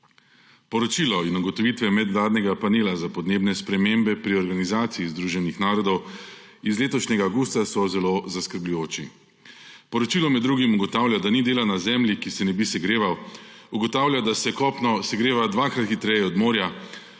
Poročilo in ugotovitve medvladnega panela za podnebne spremembe pri Organizaciji združenih narodov iz letošnjega avgusta so zelo zaskrbljujoči. Poročilo med drugim ugotavlja, da ni dela na zemlji, ki se ne bi segreval. Ugotavlja, da se kopno segreva dvakrat hitreje od morja,